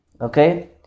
Okay